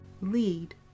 lead